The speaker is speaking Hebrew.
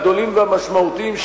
הגדולים והמשמעותיים,